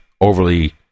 overly